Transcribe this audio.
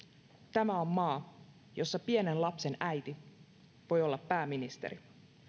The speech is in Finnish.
tämä on maa jossa pienen lapsen äiti voi olla pääministeri